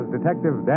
Detective